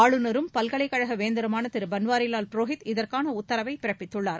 ஆளுநரும் பல்கலைக்கழக வேந்தருமான திரு பன்வாரிவால் புரோஹித் இதற்கான உத்தரவை பிறப்பித்துள்ளார்